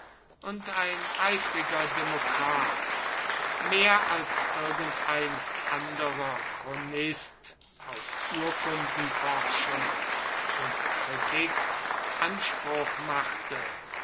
und ein eifriger demokrat mehr als irgendein anderer chronist auf urkundenforschung und kritik anspruch machte